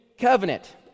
covenant